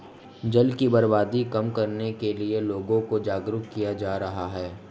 जल की बर्बादी कम करने के लिए लोगों को जागरुक किया जा रहा है